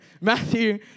Matthew